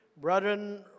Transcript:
Brother